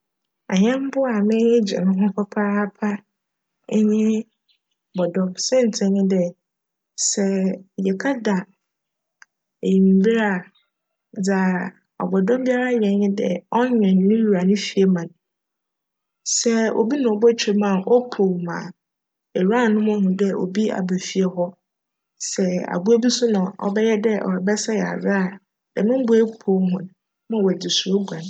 Ayjmbowa a m'enyi gye ho papaapa nye bcdcm. Siantsir nye dj, sj yjkjda ewimbir a dza bcdcm biara yj nye dj cwen no wura ne fie ma no. Sj obi na obotwa mu a, opuow ma ewuranom hu dj obi aba fie hc. Sj abowa bi so na cbjyj dj crebjsjj adze a, djm mbowa yi puow hcn ma wcdze suro guan.